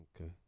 Okay